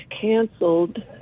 canceled